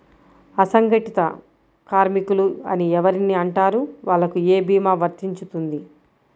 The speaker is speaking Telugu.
అసంగటిత కార్మికులు అని ఎవరిని అంటారు? వాళ్లకు ఏ భీమా వర్తించుతుంది?